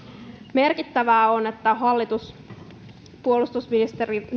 merkittävää on että hallitus puolustusministeri